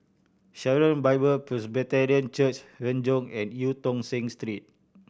Sharon Bible Presbyterian Church Renjong and Eu Tong Sen Street